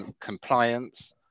compliance